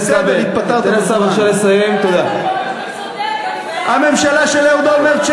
האם את מתכוונת לממשלה של אהוד אולמרט,